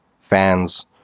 Fans